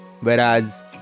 whereas